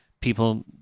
people